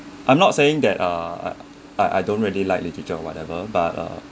I'm not saying that uh I I don't really like literature or whatever but uh